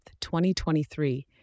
2023